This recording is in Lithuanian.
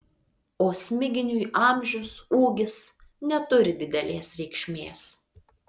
o smiginiui amžius ūgis neturi didelės reikšmės